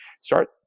start